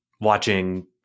watching